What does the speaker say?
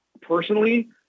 Personally